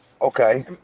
Okay